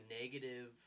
negative